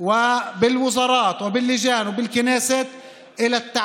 מהוועדות ומהכנסת שיטפלו בנצרת,